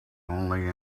only